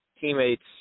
teammates